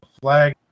flag